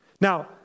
Now